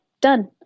done